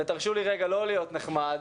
ותרשו לי רגע לא להיות נחמד,